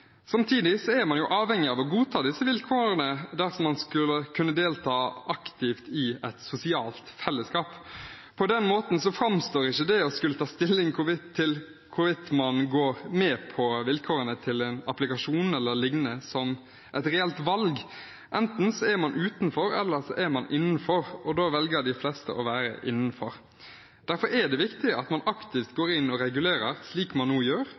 Samtidig er man avhengig av å godta disse vilkårene dersom man skal kunne delta aktivt i et sosialt fellesskap. På den måten framstår ikke det å skulle ta stilling til hvorvidt man går med på vilkårene til en applikasjon e.l., som et reelt valg. Enten så er man utenfor, eller så er man innenfor – og da velger de fleste å være innenfor. Derfor er det viktig at man aktivt går inn og regulerer, slik man nå gjør,